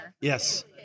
Yes